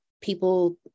people